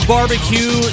Barbecue